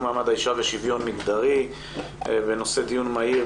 מעמד האישה ושוויון מגדרי בנושא דיון מהיר,